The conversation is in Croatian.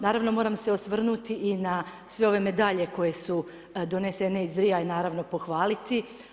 Naravno moram se osvrnuti i na sve ove medalje koje su donesene iz Ria i naravno pohvaliti.